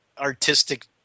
artistic